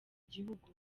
gihugu